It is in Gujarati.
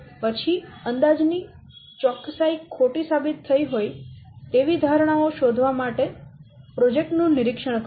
પછી અંદાજ ની ચોકસાઈ ખોટી સાબિત થઈ હોય તેવી ધારણાઓ શોધવા માટે પ્રોજેક્ટ નું નિરીક્ષણ કરો